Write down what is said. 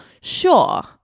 sure